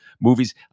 movies